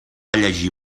llegir